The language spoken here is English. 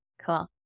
cool